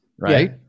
right